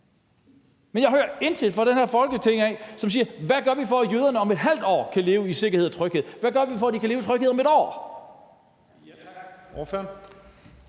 Men jeg hører ingen i det her Folketing, som siger: Hvad gør vi, for at jøderne om ½ år kan leve i sikkerhed og tryghed? Hvad gør vi, for at de kan leve i tryghed om 1 år?